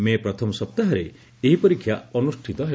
ମେ ପ୍ରଥମ ସପ୍ତାହରେ ଏହି ପରୀକ୍ଷା ଅନୁଷ୍ଠିତ ହେବ